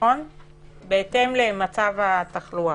בהתאם למצב התחלואה.